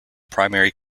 primary